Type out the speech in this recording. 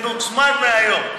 זה מוצמד מהיום.